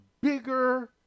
bigger